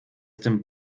dem